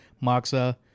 Moxa